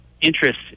interest